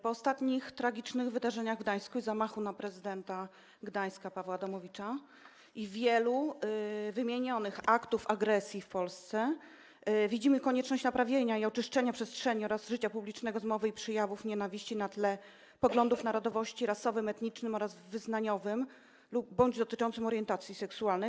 Po ostatnich tragicznych wydarzeniach w Gdańsku, zamachu na prezydenta Gdańska Pawła Adamowicza, i wielu wymienionych aktach agresji w Polsce widzimy konieczność naprawienia i oczyszczenia przestrzeni publicznej oraz życia publicznego z mowy i przejawów nienawiści na tle poglądów, narodowości, na tle rasowym, etnicznym oraz wyznaniowym bądź dotyczącym orientacji seksualnej.